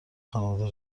خانواده